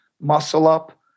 muscle-up